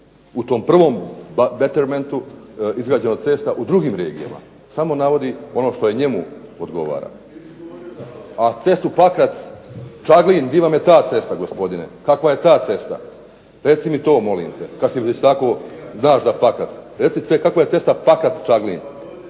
u tom prvom Bettermentu izgrađeno cesta u drugim regijama, samo navodi ono što je njemu odgovara. A cestu Pakrac-Caglin di vam je ta cesta, kakva je ta cesta, reci mi to molim te, kada si već tako, znaš za Pakrac, kakva je cesta Pakrac-Čaglin,